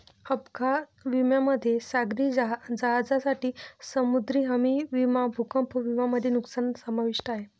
अपघात विम्यामध्ये सागरी जहाजांसाठी समुद्री हमी विमा भूकंप विमा मध्ये नुकसान समाविष्ट आहे